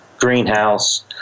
greenhouse